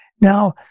Now